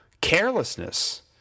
carelessness